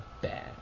bad